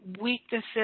weaknesses